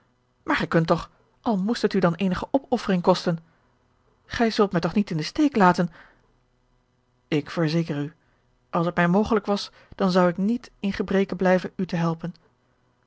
maar gij kunt toch al moest het u dan eenige opoffering kosten gij zult mij toch niet in den steek laten ik verzeker u als het mij mogelijk was dan zou ik niet in gebreke blijven u te helpen